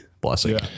blessing